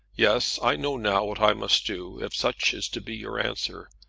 yes i know now what i must do, if such is to be your answer.